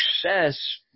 success